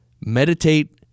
Meditate